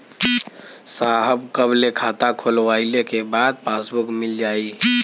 साहब कब ले खाता खोलवाइले के बाद पासबुक मिल जाई?